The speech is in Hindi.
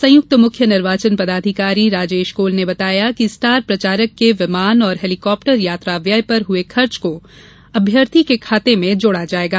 संयुक्त मुख्य निर्वाचन पदाधिकारी राजेश कौल ने बताया कि स्टार प्रचारक के विमान और हेलीकॉप्टर यात्रा व्यय पर हुए खर्चे को अभ्यर्थी के खाते में जोड़ा जायेगा